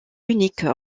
unique